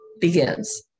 begins